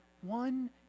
one